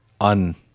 on